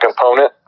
component